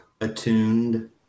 attuned